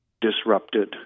disrupted